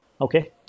Okay